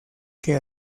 que